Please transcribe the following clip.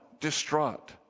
distraught